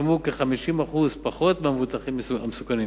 ישלמו כ-50% פחות מהמבוטחים המסוכנים.